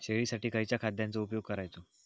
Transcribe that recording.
शेळीसाठी खयच्या खाद्यांचो उपयोग करायचो?